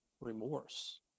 remorse